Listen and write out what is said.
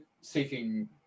seeking